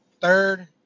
third